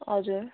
हजुर